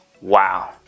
Wow